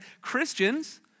Christians